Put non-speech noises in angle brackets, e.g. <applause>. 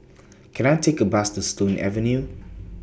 Can I Take A Bus to Stone <noise> Avenue